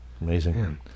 amazing